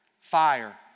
fire